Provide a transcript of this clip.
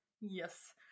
yes